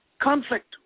conflict